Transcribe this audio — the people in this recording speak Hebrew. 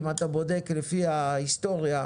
אם אתה בודק לפי ההיסטוריה,